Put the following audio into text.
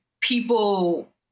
people